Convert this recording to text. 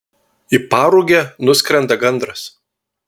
į parugę nuskrenda gandras